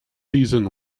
season